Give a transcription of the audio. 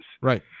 Right